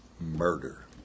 murder